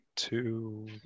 Two